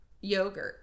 yogurt